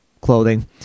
clothing